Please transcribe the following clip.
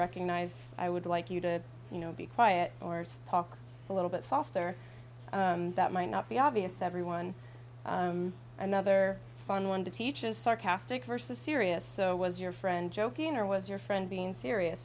recognize i would like you to you know be quiet or talk a little bit softer that might not be obvious to everyone another fun one to teach is sarcastic versus serious so was your friend joking or was your friend being serious